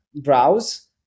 browse